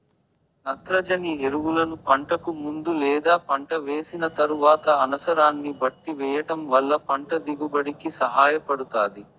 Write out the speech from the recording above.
నత్రజని ఎరువులను పంటకు ముందు లేదా పంట వేసిన తరువాత అనసరాన్ని బట్టి వెయ్యటం వల్ల పంట దిగుబడి కి సహాయపడుతాది